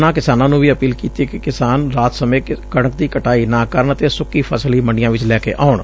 ਉਨ੍ਹਾਂ ਕਿਸਾਨਾਂ ਨ੍ਰੰ ਵੀ ਅਪੀਲ ਕੀਤੀ ਕਿ ਕਿਸਾਨ ਰਾਤ ਸਮੇਂ ਕਣਕ ਦੀ ਕਟਾਈ ਨਾ ਕਰਨ ਅਤੇ ਸੁੱਕੀ ਫਸਲ ਹੀ ਮੰਡੀਆਂ ਵਿਚ ਲੈ ਕੇ ਆਉਣ